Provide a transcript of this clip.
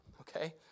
Okay